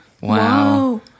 Wow